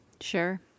Sure